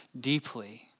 deeply